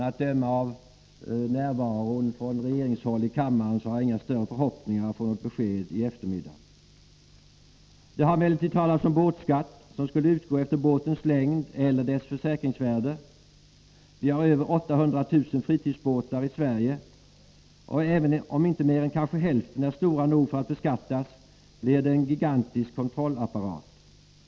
Att döma av närvaron från regeringshåll i kammaren har jag inga större förhoppningar att få besked i eftermiddag. Det har talats om båtskatt som skulle utgå efter båtens längd eller dess försäkringsvärde. Vi har över 800 000 fritidsbåtar i Sverige, och även om inte mer än kanske hälften av dessa är stora nog för att beskattas, blir det en gigantisk kontrollapparat.